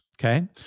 Okay